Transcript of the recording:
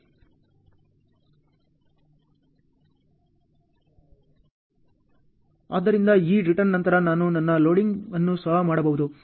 ಆದ್ದರಿಂದ ಈ ರಿಟರ್ನ್ ನಂತರ ನಾನು ನನ್ನ ಲೋಡಿಂಗ್ ಅನ್ನು ಸಹ ಮಾಡಬಹುದು